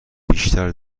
بیشتر